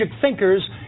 thinkers